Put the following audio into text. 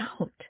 out